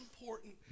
important